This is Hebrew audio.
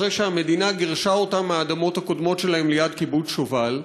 אחרי שהמדינה גירשה אותם מהאדמות הקודמות שלהם ליד קיבוץ שובל,